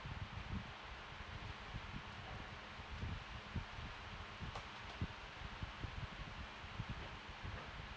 mm